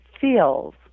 feels